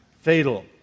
fatal